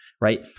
Right